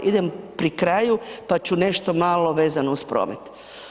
Idem pri kraju, pa ću nešto malo vezano uz promet.